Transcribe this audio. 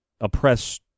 oppress